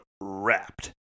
Wrapped